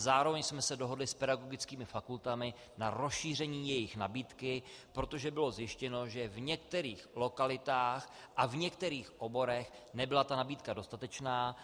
Zároveň jsme se dohodli s pedagogickými fakultami na rozšíření jejich nabídky, protože bylo zjištěno, že v některých lokalitách a v některých oborech nebyla nabídka dostatečná.